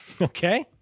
Okay